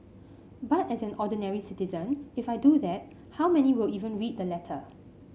but as an ordinary citizen if I do that how many will even read the letter